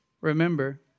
remember